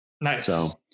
Nice